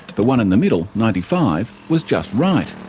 the one in the middle, ninety five, was just right.